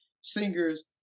singers